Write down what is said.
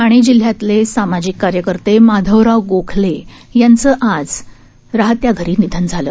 ठाणेजिल्ह्यातलेसामाजिककार्यकर्तेमाधवरावगोखलेयांचंआजरहात्याघरीनिधनझालं